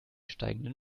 steigenden